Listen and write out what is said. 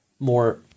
more